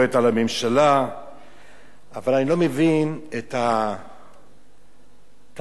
אבל אני לא מבין את הטענות פה, בלשון המעטה,